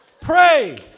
Pray